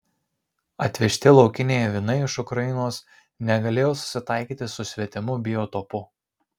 atvežti laukiniai avinai iš ukrainos negalėjo susitaikyti su svetimu biotopu